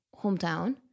hometown